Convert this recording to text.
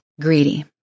greedy